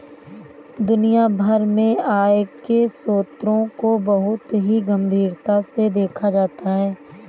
दुनिया भर में आय के स्रोतों को बहुत ही गम्भीरता से देखा जाता है